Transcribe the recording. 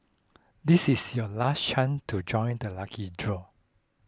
this is your last chance to join the lucky draw